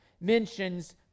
mentions